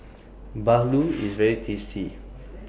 Bahulu IS very tasty